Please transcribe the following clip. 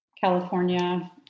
California